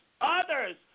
others